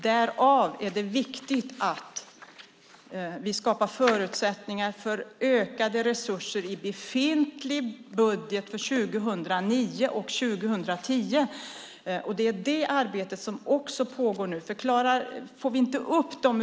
Därför är det viktigt att vi skapar förutsättningar för ökade resurser i befintlig budget för 2009 och 2010. Det arbetet pågår också nu.